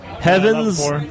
Heavens